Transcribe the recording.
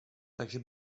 takže